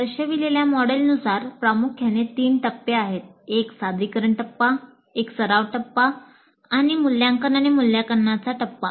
दर्शविलेल्या मॉडेलनुसार प्रामुख्याने तीन टप्पे आहेतः एक सादरीकरण टप्पा एक सराव टप्पा मूल्यांकन आणि मूल्यांमापनचा टप्पा